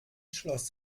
schloss